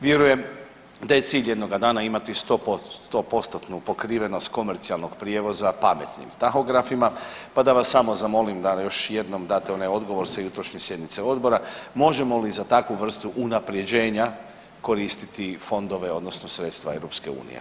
Vjerujem da je cilj jednoga dana imati sto postotnu pokrivenost komercijalnog prijevoza pametnim tahografima, pa da vas samo zamolim da još jednom date onaj odgovor sa jutrašnje sjednice odbora možemo li za takvu vrstu unapređenja koristiti fondove, odnosno sredstva EU?